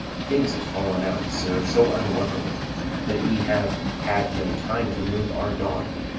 things have fall'n out, sir, so unluckily that we have had no time to move our daughter.